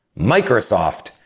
Microsoft